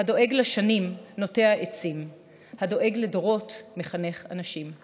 הדואג לשנים נוטע עצים, הדואג לדורות מחנך אנשים".